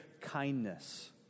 kindness